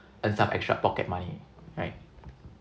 earn some extra pocket money right